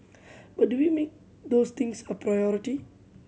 but do we make those things a priority